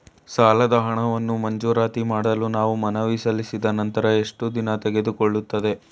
ಸಾಲದ ಹಣವನ್ನು ಮಂಜೂರಾತಿ ಮಾಡಲು ನಾವು ಮನವಿ ಸಲ್ಲಿಸಿದ ನಂತರ ಎಷ್ಟು ದಿನ ತೆಗೆದುಕೊಳ್ಳುತ್ತದೆ?